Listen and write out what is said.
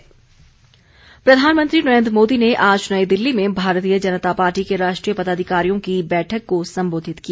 भाजपा बैठक प्रधानमंत्री नरेन्द्र मोदी ने आज नई दिल्ली में भारतीय जनता पार्टी के राष्ट्रीय पदाधिकारियों की बैठक को संबोधित किया